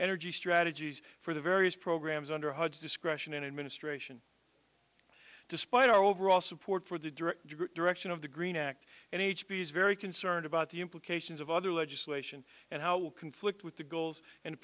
energy strategies for the various programs under hud's discretion and administration despite our overall support for the direct direction of the green act and h p is very concerned about the implications of other legislation and how will conflict with the goals and